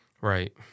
Right